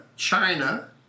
China